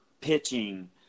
pitching